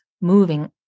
moving